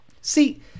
See